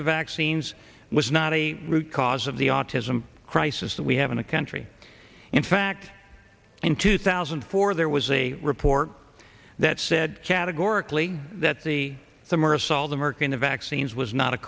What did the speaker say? the vaccines was not a root cause of the autism crisis that we have in the country in fact in two thousand and four there was a report that said categorically that the somersault the merkin the vaccines was not a